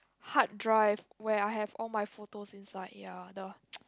hard drive where I have all my photos inside ya the